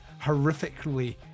horrifically